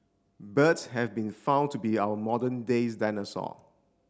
birds have been found to be our modern days dinosaur